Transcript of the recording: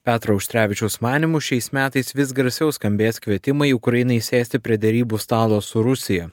petro auštrevičiaus manymu šiais metais vis garsiau skambės kvietimai ukrainai sėsti prie derybų stalo su rusija